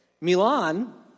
Milan